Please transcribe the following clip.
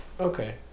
Okay